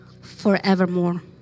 forevermore